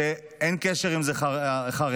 אין קשר אם זה חרדי,